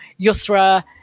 Yusra